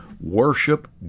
worship